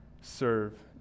serve